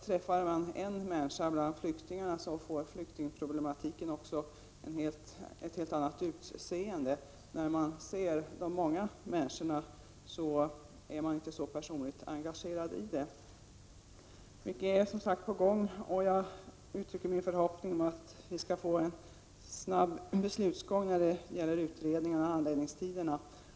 Träffar man en 8 maj 1987 flykting, får flyktingproblematiken ett helt annat utseende. När man ser de många människorna, blir man inte så personligt engagerad. Mycket är som sagt på gång, och jag uttrycker min förhoppning om att vi skall få kortare handläggningsoch utredningstider.